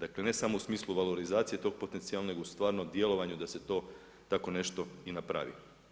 dakle ne samo u smislu valorizacije tog potencijala nego u stvarnom djelovanju da se to tako nešto i napravi.